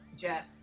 Jeff